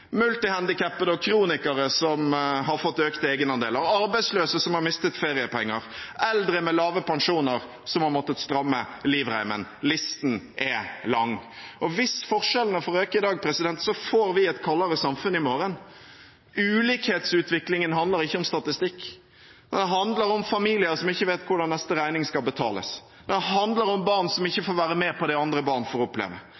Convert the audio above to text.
multihandikappede og kronikere som har fått økte egenandeler, til arbeidsløse som har mistet feriepenger, og til eldre med lave pensjoner som har måttet stramme inn livreimen. Listen er lang. Hvis forskjellene får øke i dag, får vi et kaldere samfunn i morgen. Ulikhetsutviklingen handler ikke om statistikk. Den handler om familier som ikke vet hvordan neste regning skal betales. Den handler om barn som ikke får være med på det andre barn får oppleve.